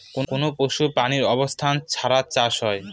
কোনো পশু প্রাণীর অবস্থান ছাড়া চাষ হয়